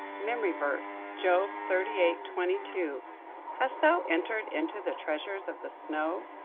memory verse, job thirty eight twenty two hast thou entered into the treasures of the snow?